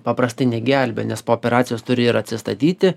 paprastai negelbėja nes po operacijos turi ir atsistatyti